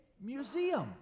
museum